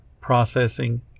processing